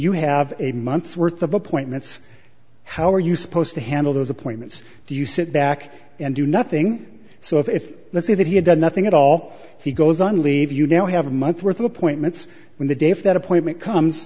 you have a month's worth of appointments how are you supposed to handle those appointments do you sit back and do nothing so if let's say that he had done nothing at all he goes on leave you now have a month's worth of appointments in the day if that appointment comes